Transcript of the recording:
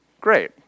Great